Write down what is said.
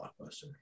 Blockbuster